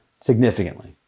significantly